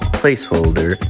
placeholder